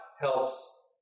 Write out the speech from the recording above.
helps